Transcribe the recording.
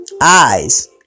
Eyes